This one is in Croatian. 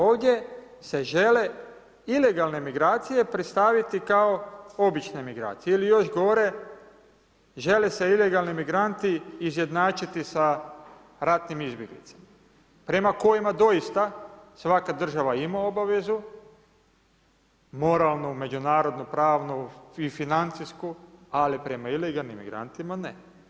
Ovdje se žele ilegalne migracije predstaviti kao obične migracije ili još gore, žele se ilegalni migranti izjednačiti sa ratnim izbjeglicama prema kojima doista svaka država ima obavezu, moralnu, međunarodnu, pravnu i financijsku ali prema ilegalnim migrantima ne.